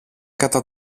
κατά